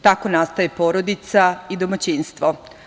Tako nastaje porodica i domaćinstvo.